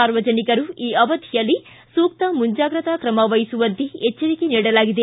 ಸಾರ್ವಜನಿಕರು ಈ ಅವಧಿಯಲ್ಲಿ ಸೂಕ್ತ ಮುಂಜಾಗ್ರತಾ ಕ್ರಮವಹಿಸುವಂತೆ ಎಚ್ಚರಿಕೆ ನೀಡಲಾಗಿದೆ